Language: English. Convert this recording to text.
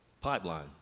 pipeline